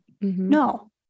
No